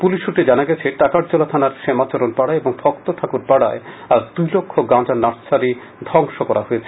police সূত্রে জানা যায় টাকারজলা থানার শ্যামচরণ পাড়া এবং ভক্তঠাকুর পাড়ায় আজ দুই লক্ষ গাঁজা নার্সারি ধ্বংস করা হয়েছে